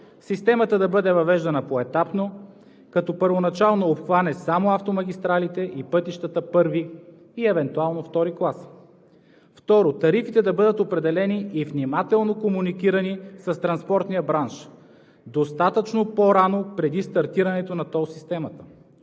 системата да бъде въвеждана поетапно, като първоначално обхване само автомагистралите и пътищата първи, евентуално втори клас. Второ, тарифите да бъдат определени и внимателно комуникирани с транспортния бранш, достатъчно по-рано преди стартирането на тол системата.